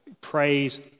praise